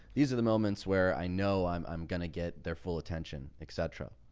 these are the moments where i know i'm, i'm going to get their full attention, etc.